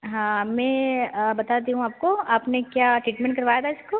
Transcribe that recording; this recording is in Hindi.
हाँ मैं बताती हूँ आपको अपने क्या ट्रीटमेंट करवाया था इसको